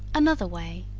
another way.